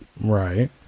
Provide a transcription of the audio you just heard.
Right